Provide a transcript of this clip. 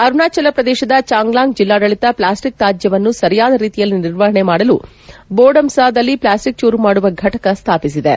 ಅರುಣಾಚಲ ಪ್ರದೇಶದ ಚಾಂಗ್ಲಾಂಗ್ ಜಿಲ್ಲಾಡಳಿತ ಪ್ಲಾಸ್ಟಿಕ್ ತ್ಯಾಜ್ಯವನ್ನು ಸರಿಯಾದ ರೀತಿಯಲ್ಲಿ ನಿರ್ವಹಣೆ ಮಾಡಲು ಬೋರ್ಡಮ್ಲಾದಲ್ಲಿ ಪ್ಲಾಸ್ಟಿಕ್ ಚೂರು ಮಾಡುವ ಫಟಕ ಸ್ವಾಪಿಸಿದೆ